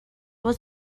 was